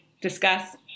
discuss